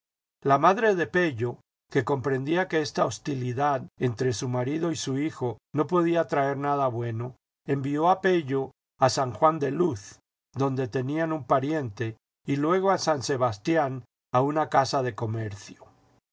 la madre de pello que comprendía que esta hostilidad entre su marido y su hijo no podía traer nada buena envió a pello a san juan de luz donde tenían un pariente y luego a san sebastián a una casa de comercio